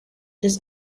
this